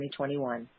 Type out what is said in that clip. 2021